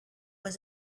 was